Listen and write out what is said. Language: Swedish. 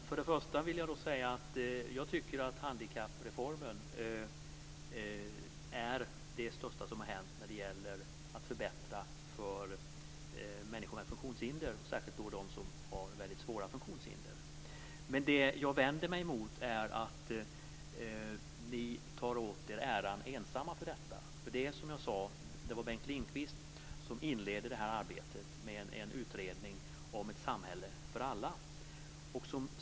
Fru talman! Jag vill säga att jag tycker att handikappreformen är det största som har hänt när det gäller att förbättra för människor med funktionshinder, särskilt då de som har väldigt svåra funktionshinder. Det jag vänder mig mot är att ni tar åt er äran ensamma för detta. Som jag sade var det Bengt Lindqvist som inledde det här arbetet med en utredning om ett samhälle för alla.